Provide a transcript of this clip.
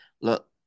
look